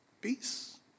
peace